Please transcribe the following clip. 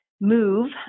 move